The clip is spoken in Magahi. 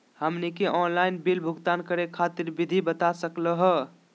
हमनी के आंनलाइन बिल भुगतान करे खातीर विधि बता सकलघ हो?